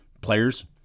Players